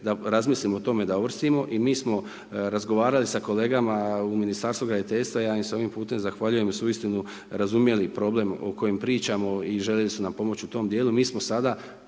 da razmislimo o tome da uvrstimo i mi smo razgovarali sa kolegama u Ministarstvu graditeljstva. Ja im se ovim putem zahvaljujem jer su uistinu razumjeli problem o kojem pričamo i željeli su nam pomoći u tome dijelu.